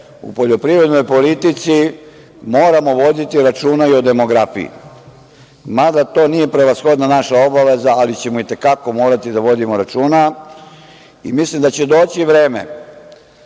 u poljoprivrednoj politici moramo voditi računa i o demografiji, mada to nije prevashodno naša obaveza, ali ćemo i te kako morati da vodimo računa. Mislim da će doći vreme